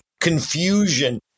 confusion